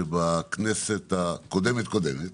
שבכנסת הקודמת קודמת,